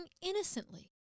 innocently